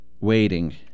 Waiting